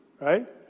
right